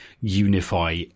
unify